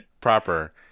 proper